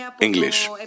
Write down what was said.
English